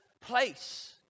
place